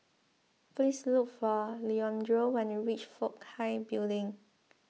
please look for Leandro when you reach Fook Hai Building